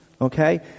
Okay